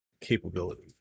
capability